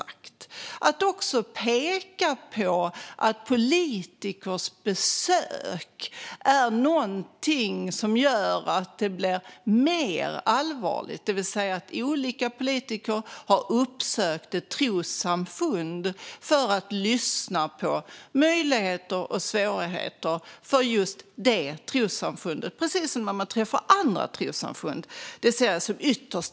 Jag ser det som ytterst allvarligt att man pekar på att politikers besök är någonting som gör att det hela blir allvarligare, det vill säga att olika politiker har uppsökt ett trossamfund för att lyssna på möjligheter och svårigheter för just det trossamfundet, precis som när man träffar andra trossamfund.